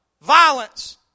Violence